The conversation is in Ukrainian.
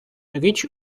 річ